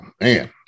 man